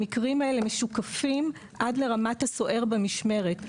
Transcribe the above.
המקרים האלה משוקפים עד לרמת הסוהר במשמרת.